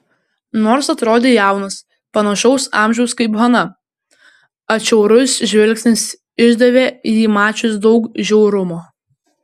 nors atrodė jaunas panašaus amžiaus kaip hana atšiaurus žvilgsnis išdavė jį mačius daug žiaurumo